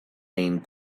name